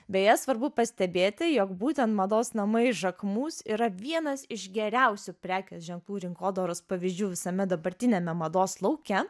beje svarbu pastebėti jog būtent mados namai jacquemus yra vienas iš geriausių prekės ženklų rinkodaros pavyzdžių visame dabartiniame mados lauke